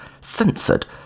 censored